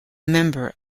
member